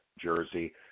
jersey